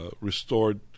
restored